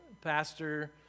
pastor